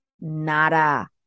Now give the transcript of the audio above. nada